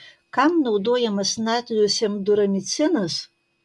kam naudojamas natrio semduramicinas